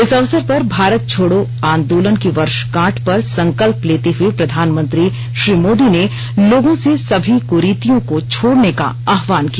इस अवसर पर भारत छोड़ो आंदोलन की वर्षगांठ पर संकल्प लेते हुए प्रधानमंत्री श्री मोदी ने लोगों से सभी क्रीतियों को छोड़ने का आहवान किया